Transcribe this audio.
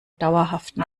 dauerhaften